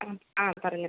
ആ ആ പറയൂ